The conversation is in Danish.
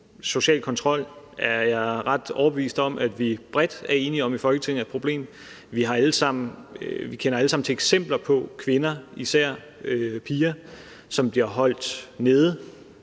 social kontrol er jeg ret overbevist om at vi bredt i Folketinget er enige om er et problem. Vi kender alle sammen til eksempler på kvinder og især piger, som bliver holdt nede